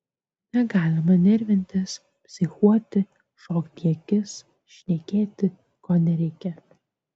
negalima nervintis psichuoti šokti į akis šnekėti ko nereikia